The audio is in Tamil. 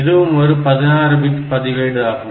இதுவும் ஒரு 16 பிட் பதிவேடு ஆகும்